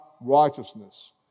righteousness